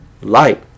Light